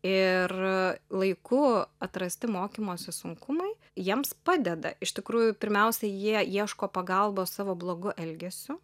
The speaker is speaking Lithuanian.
ir laiku atrasti mokymosi sunkumai jiems padeda iš tikrųjų pirmiausia jie ieško pagalbos savo blogu elgesiu